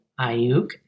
Ayuk